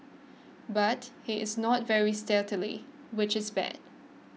but he is not very which is bad